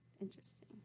interesting